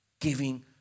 giving